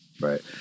right